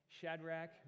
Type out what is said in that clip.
Shadrach